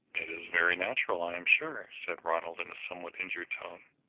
it is very natural, i am sure, said ronald in a somewhat injured tone.